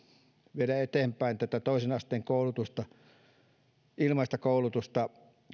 viedä eteenpäin tätä toisen asteen kokonaisuudessaan ilmaista koulutusta